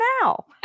now